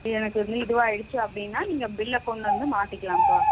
எனக்கு வந்து இதுவாயிடுச்சி அப்படின்னா நீங்கள் பில்லை கொண்டு வந்து மாற்றிக்கலாம்ப்பா